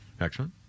Excellent